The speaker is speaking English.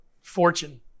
fortune